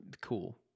cool